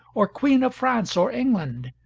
or queen of france or england,